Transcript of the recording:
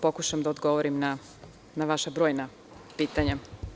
Pokušaću da odgovorim na vaša brojna pitanja.